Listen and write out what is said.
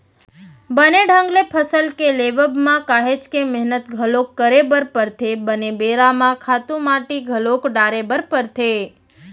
बने ढंग ले फसल के लेवब म काहेच के मेहनत घलोक करे बर परथे, बने बेरा म खातू माटी घलोक डाले बर परथे